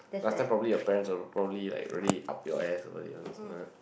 last time probably your parents are probably like really up to your ass about it [one] so I'm like